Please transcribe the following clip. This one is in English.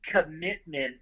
commitment